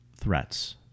threats